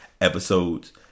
episodes